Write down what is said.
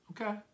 Okay